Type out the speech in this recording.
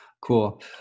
Cool